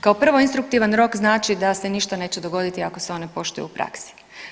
Kao prvo instruktivan rok znači da se ništa neće dogoditi ako se on ne poštuje u praksi.